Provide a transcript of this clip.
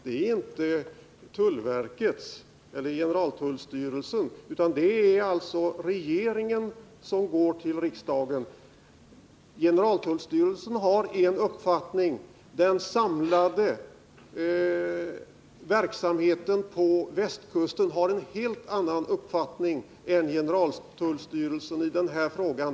Det är inte tullverkets eller generaltullstyrelsens förslag, utan det är alltså regeringens förslag som går till riksdagen. Generaltullstyrelsen har en uppfattning, och den samlade verksamheten på västkusten har en helt annan uppfattning än generaltullstyrelsen i den här frågan.